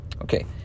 Okay